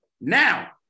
Now